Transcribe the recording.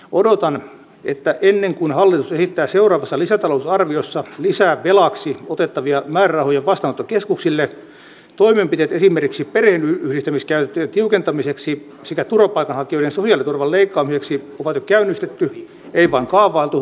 odotan että ennen kuin hallitus esittää seuraavassa lisätalousarviossa lisää velaksi otettavia määrärahoja vastaanottokeskuksille toimenpiteet esimerkiksi perheenyhdistämiskäytäntöjen tiukentamiseksi sekä turvapaikanhakijoiden sosiaaliturvan leikkaamiseksi on jo käynnistetty ei vain kaavailtu vaan toteutettu